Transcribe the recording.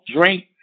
drink